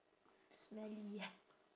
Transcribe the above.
smelly ah